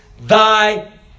thy